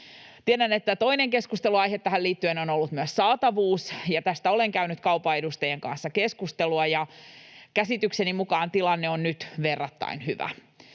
Tiedän, että toinen keskustelunaihe tähän liittyen on ollut saatavuus. Tästä olen käynyt kaupan edustajien kanssa keskustelua, ja käsitykseni mukaan tilanne on nyt verrattain hyvä.